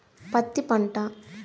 పత్తి పంట